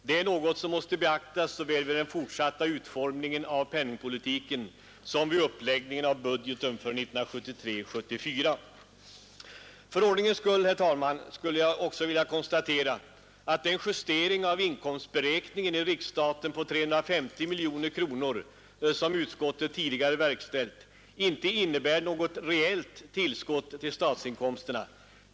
Detta är något som måste beaktas såväl vid den fortsatta utformningen av penningpolitiken som vid uppläggningen av budgeten för 1973/74. För ordningens skull, herr talman, vill jag också konstatera att den justering av inkomstberäkningen i riksstaten på 350 miljoner kronor, som utskottet tidigare verkställt, inte innebär något reellt tillskott till statsinkomsterna.